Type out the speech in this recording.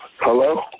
hello